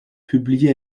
publiée